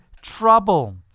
trouble